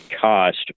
cost